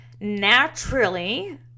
naturally